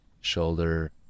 Shoulder